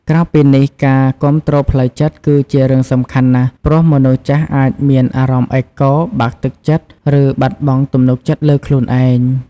ក្រៅពីនេះ ការគាំទ្រផ្លូវចិត្ត គឺជារឿងសំខាន់ណាស់ ព្រោះមនុស្សចាស់អាចមានអារម្មណ៍ឯកោ បាក់ទឹកចិត្ត ឬបាត់បង់ទំនុកចិត្តលើខ្លួនឯង។